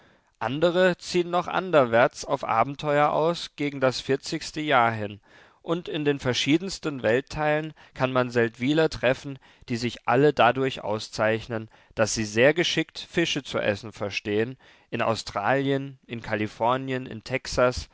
andere ziehen noch anderwärts auf abenteuer aus gegen das vierzigste jahr hin und in den verschiedensten weltteilen kann man seldwyler treffen die sich alle dadurch auszeichnen daß sie sehr geschickt fische zu essen verstehen in australien in kalifornien in texas